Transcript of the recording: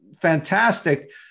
fantastic